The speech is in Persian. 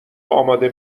اماده